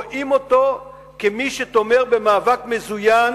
רואים אותו כמי שתומך במאבק מזוין